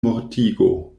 mortigo